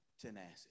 tenacity